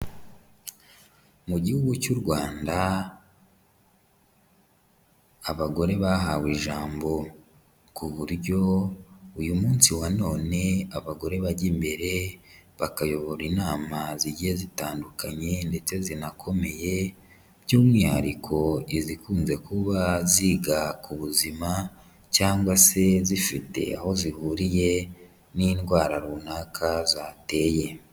Mu gihugu cy'u Rwanda abagore bahawe ijambo ku buryo uyu munsi wa none abagore bajya imbere bakayobora inama zigiye zitandukanye ndetse zinakomeye, by'umwihariko izikunze kuba ziga ku buzima cyangwa se zifite aho zihuriye n'indwara runaka zateye.